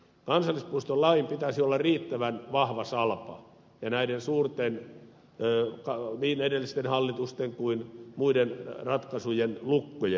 kansallispuistolain pitäisi olla riittävän vahva salpa ja näiden suurten niin edellisten hallitusten kuin muiden ratkaisujen lukkojen